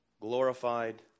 glorified